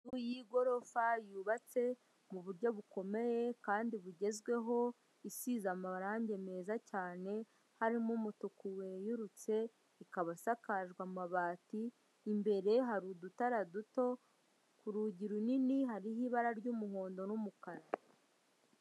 Inzu y'igorofa yubatse mu buryo bukomeye kandi bugezweho, isize amarangi meza cyane harimo umutuku weyurutse, ikaba isakajwe amabati imbere hari udutara duto, ku rugi runini hariho ibara ry'umuhondo n'umukara.